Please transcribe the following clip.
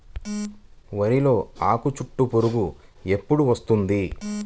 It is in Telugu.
వరిలో ఆకుచుట్టు పురుగు ఎప్పుడు వస్తుంది?